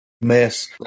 mess